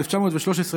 1913,